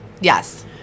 Yes